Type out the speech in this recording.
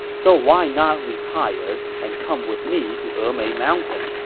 so why not retire and come with me to emei mountain?